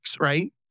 right